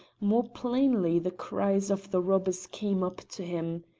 more plainly the cries of the robbers came up to him.